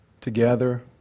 together